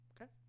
Okay